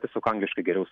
tiesiog angliškai geriau